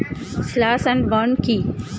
Slash and burn কি?